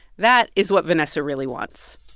that is what vanessa really wants